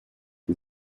and